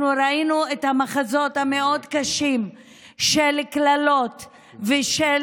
אנחנו ראינו את המחזות הקשים מאוד של קללות ושל